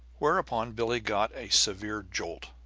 whereupon billie got a severe jolt.